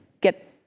get